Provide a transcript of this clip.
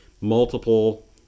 multiple